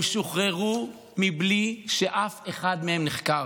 הם שוחררו בלי שאף אחד מהם נחקר.